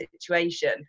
situation